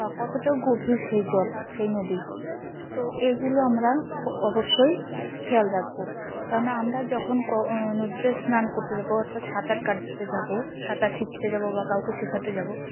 বা কতটা গভীর সেই জল সেই নদী তো এগুলো আমরা অবশ্যই খেয়াল রাখবো কেননা আমরা যখন নদীতে স্নান করতে যাবো অর্থাৎ সাঁতার কাটতে যাবো সাঁতার শিখতে যাবো বা কাউকে শেখাতে যাবো